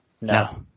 No